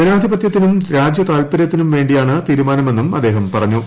ജനാധിപത്യത്തിനും രാജ്യതാൽപ്പര്യത്തിനു വേണ്ടിയാണ് തീരുമാനമെന്നും അദ്ദേഹം പറഞ്ഞു